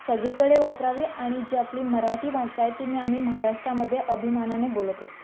सगळीकडे वापरावे आणि जे आपली मराठी भाषा आहे ती आम्ही महाराष्ट्रामध्ये अभिमानाने बोलत असतो